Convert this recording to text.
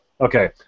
Okay